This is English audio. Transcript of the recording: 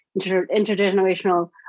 intergenerational